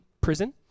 prison